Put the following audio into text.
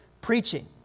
preaching